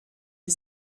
qui